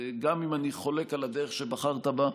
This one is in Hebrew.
גם עם אני חולק על הדרך שבחרת בה,